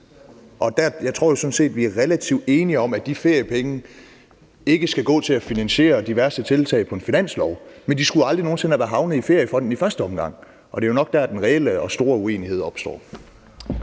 Og jeg tror sådan set, vi er relativt enige om, at de feriepenge ikke skal gå til at finansiere diverse tiltag på en finanslov, men de skulle aldrig nogen sinde være havnet i feriefonden i første omgang. Og det er jo nok der, den reelle og store uenighed opstår.